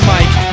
Mike